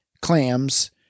clams